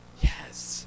Yes